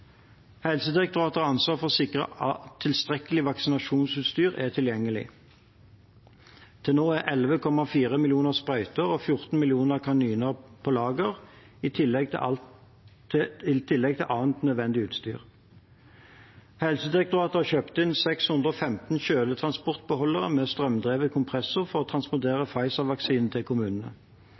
Helsedirektoratet har ansvar for å sikre at tilstrekkelig vaksinasjonsutstyr er tilgjengelig. Det er nå 11,4 millioner sprøyter og 14 millioner kanyler på lager, i tillegg til annet nødvendig utstyr. Helsedirektoratet har kjøpt inn 615 kjøletransportbeholdere med strømdrevet kompressor for å transportere Pfizer-vaksinen til kommunene.